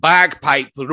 Bagpipe